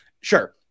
Sure